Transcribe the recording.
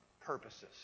purposes